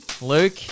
Luke